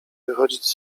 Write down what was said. wychodzić